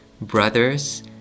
brothers